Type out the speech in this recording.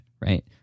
right